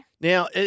Now